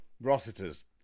Rossiter's